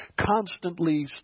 constantly